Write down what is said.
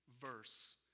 verse